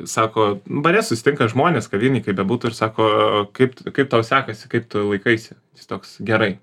sako bare susitinka žmonės kavinėj kaip bebūtų ir sako kaip tu kaip tau sekasi kaip tu laikaisi jis toks gerai